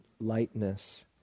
lightness